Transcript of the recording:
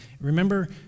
Remember